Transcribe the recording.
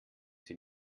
sie